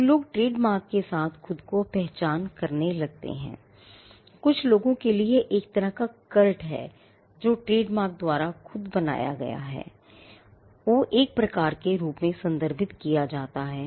तो लोग ट्रेडमार्क के साथ खुद को पहचान करने लगते हैं कुछ लोगों के लिए एक तरह का cult है जो ट्रेड्मार्क द्वारा ख़ुद बनाया जाता है